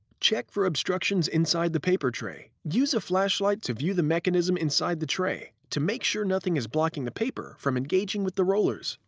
check for obstructions inside the paper tray. use a flashlight to view the mechanism inside the tray to make sure nothing is blocking the paper from engaging with the rollers.